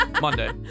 Monday